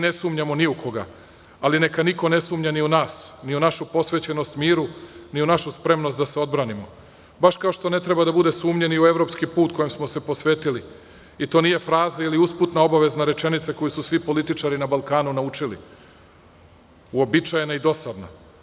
Ne sumnjamo ni u koga, ali neka niko ne sumnja ni u nas, ni u našu posvećenost miru, ni našu spremnost da se odbranimo, baš kao što ne treba da bude sumnje ni u evropski put kojem smo se posvetili, i to nije fraza ili usputna obavezna rečenica koju su svi političari na Balkanu naučili, uobičajena i dosadna.